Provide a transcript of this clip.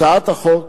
הצעת החוק